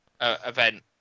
event